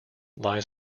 lies